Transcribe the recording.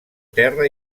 terra